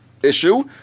Issue